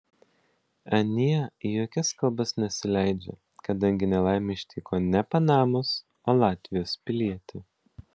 anie į jokias kalbas nesileidžia kadangi nelaimė ištiko ne panamos o latvijos pilietį